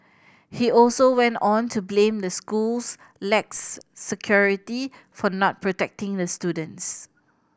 he also went on to blame the school's lax security for not protecting the students